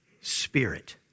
spirit